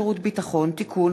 הצעת חוק שירות ביטחון (תיקון,